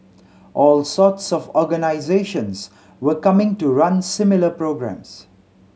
all sorts of organisations were coming to run similar programmes